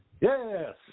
yes